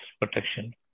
protection